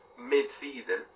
mid-season